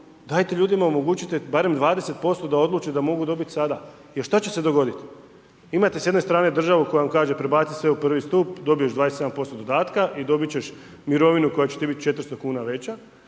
dajte ljudima omogućite barem 20% da odluče da mogu dobit sada. Jer šta će se dogodit? Imate s jedne strane državu koja vam kaže prebaci sve u prvi stup, dobiješ 27% dodatka i dobit ćeš mirovinu koja će ti bit 400 kuna veća,